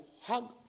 hug